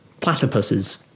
platypuses